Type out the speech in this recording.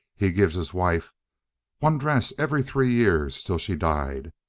he gives his wife one dress every three years till she died.